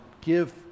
give